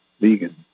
vegan